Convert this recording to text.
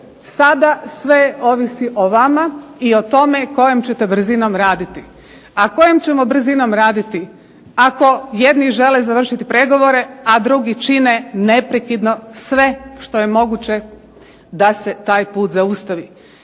sada sve ovisi o vama i o tome kojom ćete brzinom raditi. A kojom ćemo brzinom raditi ako jedni žele završiti pregovore, a drugi čine neprekidno sve što je moguće da se taj put zaustavi.